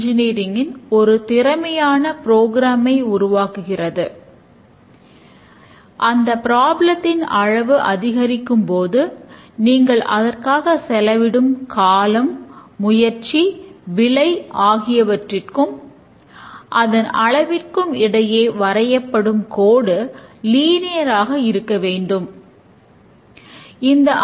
இது மிகவும் எளிமையான உத்தி என்பதற்கான முக்கியக் காரணம் இதில் ஐந்து வகையான குறியீடுகள் மட்டும் இருப்பது